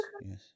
yes